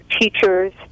teachers